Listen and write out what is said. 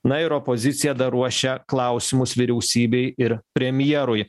na ir opozicija dar ruošia klausimus vyriausybei ir premjerui